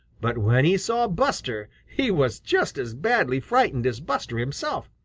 but when he saw buster, he was just as badly frightened as buster himself.